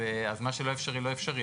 מה שלא אפשרי לא אפשרי,